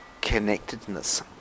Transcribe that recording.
connectedness